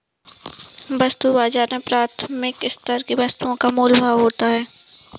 वस्तु बाजार में प्राथमिक स्तर की वस्तुओं का मोल भाव होता है